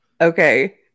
Okay